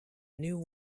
new